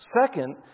Second